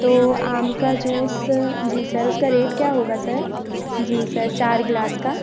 तो आम का जूस जी सर उसका रेट क्या होगा सर जी सर चार ग्लास का